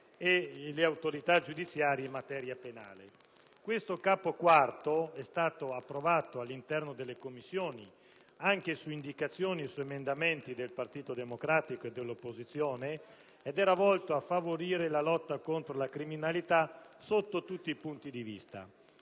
e le autorità giudiziarie in materia penale. Il Capo IV è stato approvato all'interno delle Commissioni anche su indicazioni e con emendamenti del Partito Democratico e dell'opposizione ed era volto a favorire la lotta contro la criminalità sotto tutti i punti di vista.